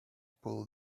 pull